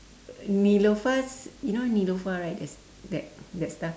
neelofa's you know neelofa right that that that stuff